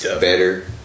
better